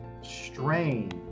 strain